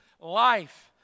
life